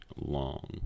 long